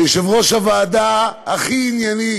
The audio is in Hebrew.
יושב-ראש הוועדה הכי ענייני